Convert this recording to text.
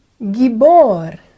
gibor